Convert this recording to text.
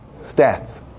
stats